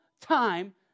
time